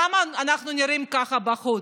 למה אנחנו נראים כך בחוץ?